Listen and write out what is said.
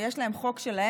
ויש להם חוק שלהם,